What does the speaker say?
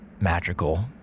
magical